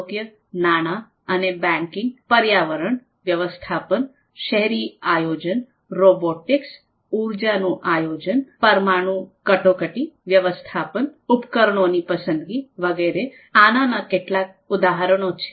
આરોગ્ય નાણાં અને બેન્કિંગ પર્યાવરણીય વ્યવસ્થાપન શહેરી આયોજન રોબોટિક્સ ઉર્જાનું આયોજન પરમાણુ કટોકટી વ્યવસ્થાપન ઉપકરણોની પસંદગી વગેરે આના નાં કેટલાક ઉદાહરણો છે